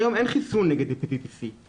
היום אין חיסון להפטיטיס סי,